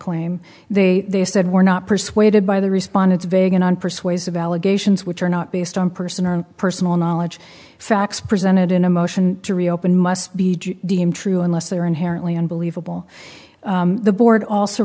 claim they said were not persuaded by the respondents vague and unpersuasive allegations which are not based on person or personal knowledge facts presented in a motion to reopen must be deemed true unless they are inherently unbelievable the board also